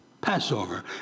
Passover